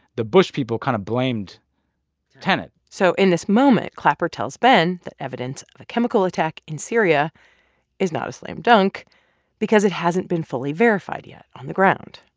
the bush people kind of blamed tenet so in this moment clapper, tells ben that evidence of chemical attack in syria is not a slam dunk because it hasn't been fully verified yet on the ground.